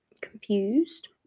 confused